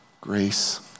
grace